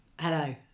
Hello